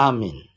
Amen